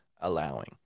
allowing